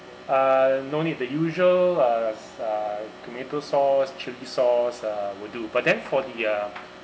uh no need the usual uh uh tomato sauce chilli sauce uh would do but then for the uh